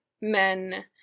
men